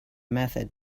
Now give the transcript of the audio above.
method